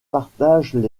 partagent